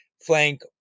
flank